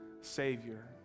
Savior